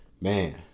Man